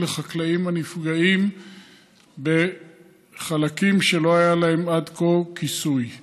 לחקלאים הנפגעים בחלקים שלא היה להם עד כה כיסוי בהם.